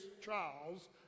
trials